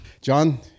John